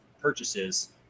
purchases